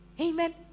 amen